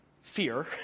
fear